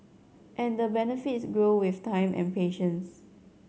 and the benefits grow with time and patience